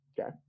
Okay